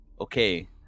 okay